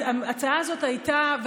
ההצעה הזאת הייתה,